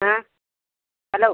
हा हेलो